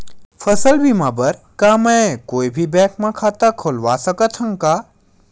फसल बीमा बर का मैं कोई भी बैंक म खाता खोलवा सकथन का?